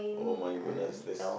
oh my goodness this